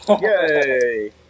Yay